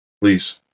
Please